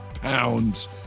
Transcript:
pounds